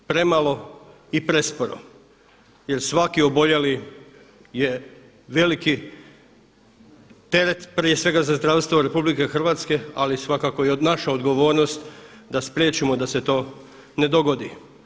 Premalo i presporo, jer svaki oboljeli je veliki teret prije svega za zdravstvo RH ali i svakako i naša odgovornost da spriječimo da se to ne dogodi.